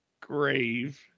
grave